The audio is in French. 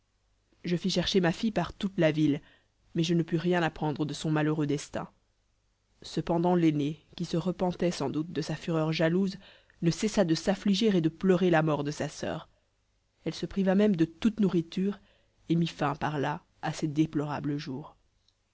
je fis chercher ma fille par toute la ville mais je ne pus rien apprendre de son malheureux destin cependant l'aînée qui se repentait sans doute de sa fureur jalouse ne cessa de s'affliger et de pleurer la mort de sa soeur elle se priva même de toute nourriture et mit fin par là à ses déplorables jours